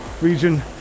region